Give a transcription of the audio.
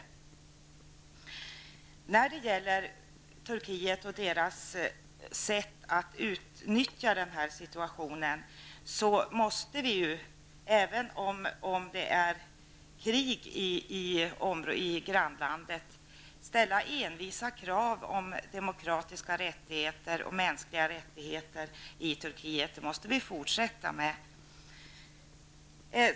Även om det råder krig i grannlandet måste vi när det gäller Turkiet och regimens sätt att utnyttja denna situation fortsätta att ställa envisa krav att demokratiska rättigheter och mänskliga rättigheter respekteras i Turkiet.